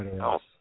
else